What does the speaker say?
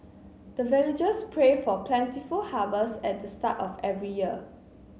the villagers pray for plentiful harvest at the start of every year